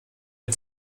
den